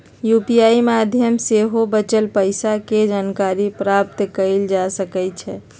UPI माध्यम से सेहो बचल पइसा के जानकारी प्राप्त कएल जा सकैछइ